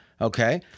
Okay